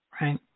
right